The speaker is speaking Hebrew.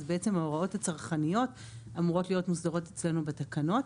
אז בעצם ההוראות הצרכניות אמורות להיות מוסדרות אצלנו בתקנות,